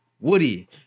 woody